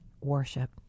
worship